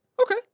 Okay